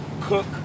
cook